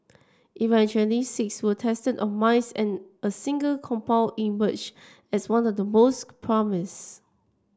eventually six were tested on mice and a single compound emerged as one with the most promise